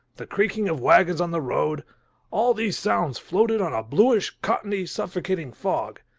the creaking of wagons on the road all these sounds floated on a bluish, cottony, suffocating fog.